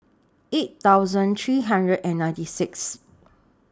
eight thousand three hundred and ninety Sixth